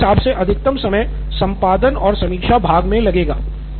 और मेरे हिसाब से अधिकतम समय संपादन और समीक्षा भाग मे लगेगा